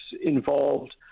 involved